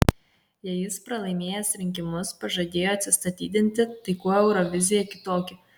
jei jis pralaimėjęs rinkimus pažadėjo atsistatydinti tai kuo eurovizija kitokia